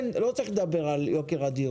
לא צריך לדבר על התייקרות הדיור.